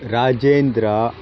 Rajendra